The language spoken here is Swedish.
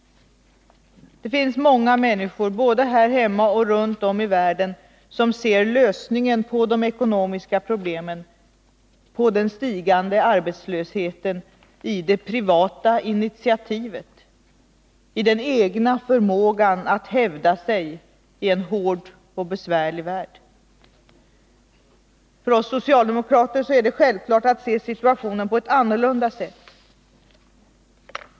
Det finns många människor, både här hemma och runt om i världen, som ser lösningen på de ekonomiska problemen, på den stigande arbetslösheten, i det privata initiativet, i den egna förmågan att hävda sig i en hård och besvärlig värld. För oss socialdemokrater så är det självklart att se situationen på ett helt annorlunda sätt.